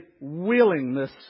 willingness